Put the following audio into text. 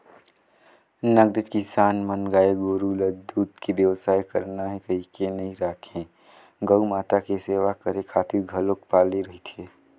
नगदेच किसान मन गाय गोरु ल दूद के बेवसाय करना हे कहिके नइ राखे गउ माता के सेवा करे खातिर घलोक पाले रहिथे